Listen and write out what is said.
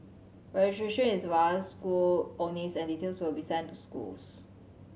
is via school only and details will be sent to schools